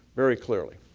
very clearly.